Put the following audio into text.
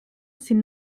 sin